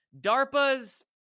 DARPA's